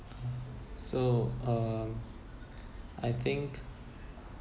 so um I think